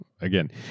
again